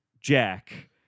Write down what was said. Jack